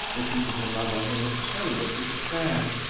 repeated her mother in a tone of despair,